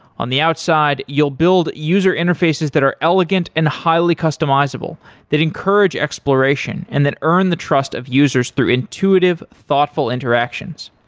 on the outside, you'll build user interfaces that are elegant and highly customizable that encourage exploration and that earn the trust of users through intuitive thoughtful interactions.